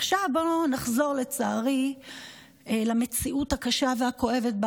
עכשיו בואו נחזור למציאות הקשה והכואבת,